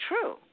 true